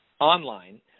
online